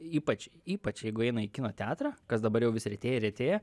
ypač ypač jeigu eina į kino teatrą kas dabar jau vis retėja ir retėja